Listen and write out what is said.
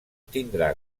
tindrà